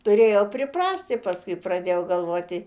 turėjau priprasti paskui pradėjau galvoti